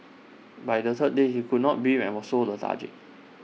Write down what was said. by the third day he could not breathe and was so lethargic